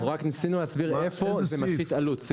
אנחנו רק ניסינו להסביר איפה זה משית עלות.